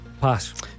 Pass